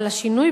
אבל השינוי